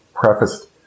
prefaced